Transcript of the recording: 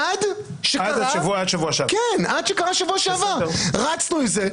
עד מה שקרה בשבוע שעבר רצנו עם זה.